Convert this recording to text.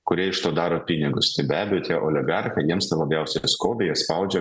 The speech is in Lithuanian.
kurie iš to daro pinigus tai be abejo tie oligarchai jiems tai labiausiai ir skauda jie spaudžia